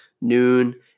noon